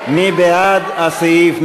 מי בעד הסעיף?